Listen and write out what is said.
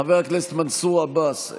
חבר הכנסת מנסור עבאס,